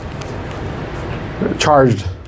charged